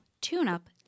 tune-up